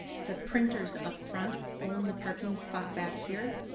the printers up front own the parking spot back here.